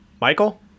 Michael